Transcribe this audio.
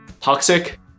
toxic